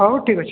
ହଉ ଠିକ୍ ଅଛି